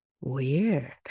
Weird